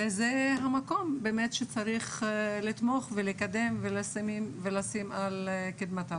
וזה המקום באמת שצריך לתמוך ולקדם ולשים על קדמת הבמה.